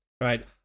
right